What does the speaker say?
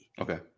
Okay